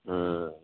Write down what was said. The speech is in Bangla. হ্যাঁ